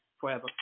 forever